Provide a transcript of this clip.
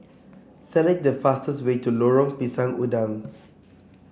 select the fastest way to Lorong Pisang Udang